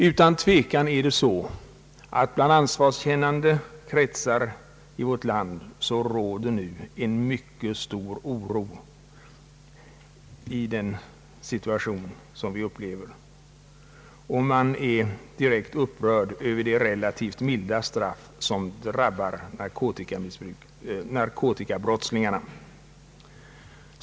Utan tvekan råder det i ansvarskännande kretsar en mycket stor oro på grund av den situation som vi nu upplever. Man är dessutom direkt upprörd över de relativt milda straff som drabbar narkotikabrottslingarna.